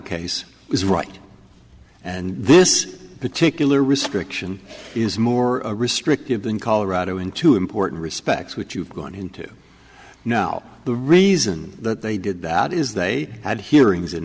is right and this particular risk correction is more restrictive than colorado in two important respects which you've gone into now the reason that they did that is they had hearings in